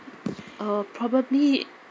uh probably